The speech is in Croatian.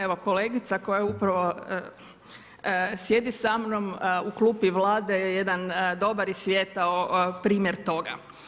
Evo kolegica koja upravo sjedi sa mnom u klupi Vlade je jedan dobar i svijetao primjer toga.